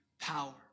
power